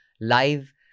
live